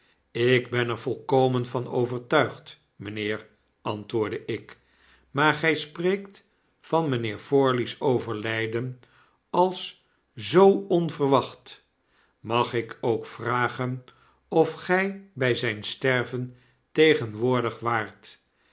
ik ben er volkomen van overtuigd mijnheer antwoordde ik maar gij spreekt van mijnheer forley's overlijden als zoo onverwacht mag ik ook vragen of gij bij zijn sterven tegenwoordig waart